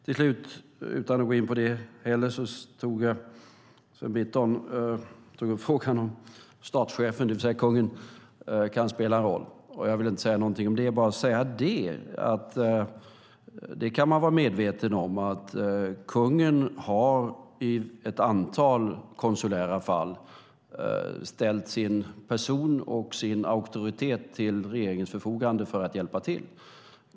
Till slut, utan att gå in på det heller, tog Sven Britton upp frågan om statschefen, det vill säga kungen, kan spela en roll. Jag vill inte säga något om det, bara att man kan vara medveten om att kungen i ett antal konsulära fall har ställt sin person och sin auktoritet till regeringens förfogande för att hjälpa till.